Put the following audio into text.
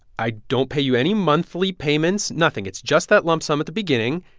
i don't pay you any monthly payments nothing. it's just that lump sum at the beginning.